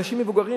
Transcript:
אנשים מבוגרים.